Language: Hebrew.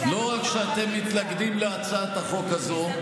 לא רק שאתם מתנגדים להצעת החוק הזאת,